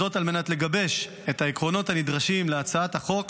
וזאת על מנת לגבש את העקרונות הנדרשים להצעת החוק